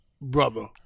brother